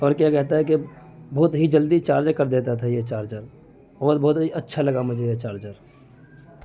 اور کیا کہتا ہے کہ بہت ہی جلدی چارج کردیتا تھا یہ چارجر اور بہت ہی اچّھا لگا مجھے یہ چارجر